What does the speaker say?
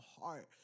heart